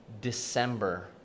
December